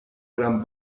gran